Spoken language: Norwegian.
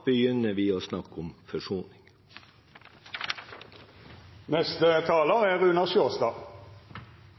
begynner vi å snakke om forsoning. Det er